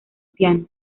piano